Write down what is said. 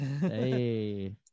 Hey